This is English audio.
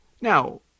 Now